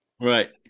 Right